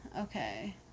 okay